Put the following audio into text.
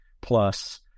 plus